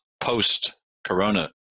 post-corona